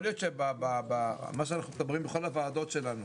מה שאנחנו מדברים בכל הוועדות שלנו,